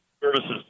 services